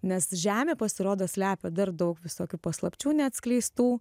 nes žemė pasirodo slepia dar daug visokių paslapčių neatskleistų